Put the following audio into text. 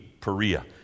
Perea